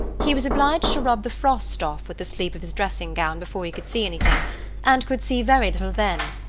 he was obliged to rub the frost off with the sleeve of his dressing-gown before he could see anything and could see very little then.